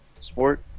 sport